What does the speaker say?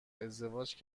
ازدواج